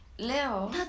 Leo